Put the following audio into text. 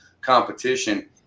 competition